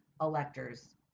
electors